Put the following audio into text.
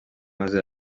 maze